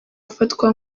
ufatwa